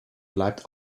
bleibt